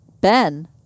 Ben